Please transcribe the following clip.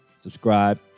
Subscribe